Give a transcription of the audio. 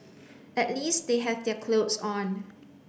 at least they have their clothes on